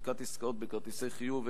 (סליקת עסקאות בכרטיסי חיוב),